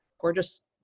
gorgeous